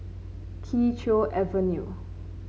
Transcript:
Kee Choe Avenue